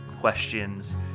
questions